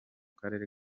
karere